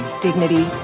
Dignity